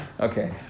Okay